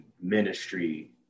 ministry